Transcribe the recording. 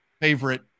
favorite